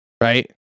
Right